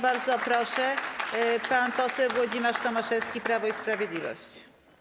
Bardzo proszę, pan poseł Włodzimierz Tomaszewski, Prawo i Sprawiedliwość.